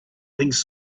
things